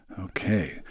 Okay